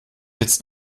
jetzt